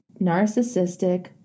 narcissistic